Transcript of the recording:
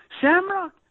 Shamrock